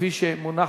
פאינה קירשנבאום,